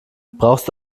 brauchst